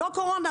לא קורונה,